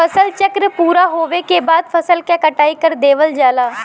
फसल चक्र पूरा होवे के बाद फसल क कटाई कर देवल जाला